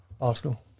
Arsenal